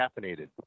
caffeinated